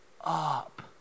up